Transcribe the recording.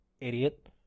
idiot